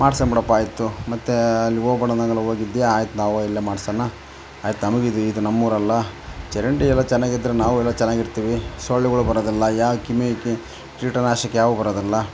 ಮಾಡ್ಸೋಣ ಬಿಡಪ್ಪ ಆಯಿತು ಮತ್ತು ಅಲ್ಲಿ ಹೋಗ್ಬೇಡ ಅಂದಗೆಲ್ಲ ಹೋಗಿದ್ಯಾ ಆಯ್ತು ನಾವಾ ಇಲ್ಲೆ ಮಾಡ್ಸೋಣ ಆಯ್ತು ನಮಗು ಇದು ಇದು ನಮ್ಮ ಊರೆಲ್ಲ ಚರಂಡಿ ಎಲ್ಲ ಚೆನ್ನಾಗಿದ್ರ್ ನಾವು ಎಲ್ಲ ಚೆನ್ನಾಗಿರ್ತೀವಿ ಸೊಳ್ಳೆಗಳು ಬರೋದಿಲ್ಲ ಯಾವ್ ಕ್ರಿಮಿ ಕೀಟ ನಾಶಕ ಯಾವು ಬರೋದಿಲ್ಲ